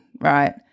right